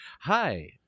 Hi